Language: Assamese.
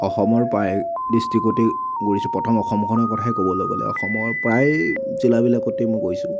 অসমৰ প্ৰায় দ্ৰিষ্টিকতেই গৈছোঁ প্ৰথম অসমখনৰ কথাই ক'বলৈ গ'লে অসমৰ প্ৰায় জিলাবিলাকতেই মই গৈছোঁ